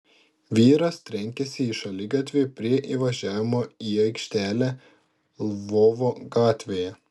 vyras trenkėsi į šaligatvį prie įvažiavimo į aikštelę lvovo gatvėje